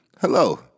Hello